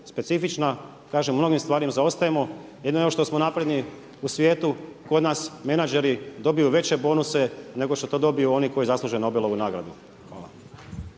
specifična, kažem u mnogim stvarima zaostajemo, jedino što smo napredni u svijetu kod nas menadžeri dobiju veće bonuse nego što to dobiju oni koji zaslužen Nobelovu nagradu.